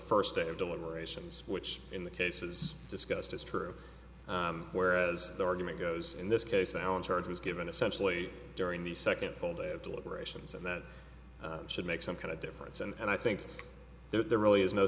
first day of deliberations which in the cases discussed is true whereas the argument goes in this case the allen charge was given essentially during the second full day of deliberations and that should make some kind of difference and i think there really is no